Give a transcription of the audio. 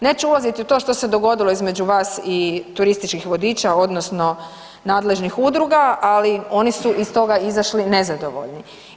Neću ulaziti u to što se dogodilo između vas i turističkih vodiča odnosno nadležnih udruga, ali oni su iz toga izašli nezadovoljni.